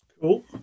Cool